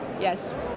yes